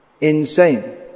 insane